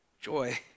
joy